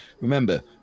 remember